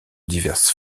diverses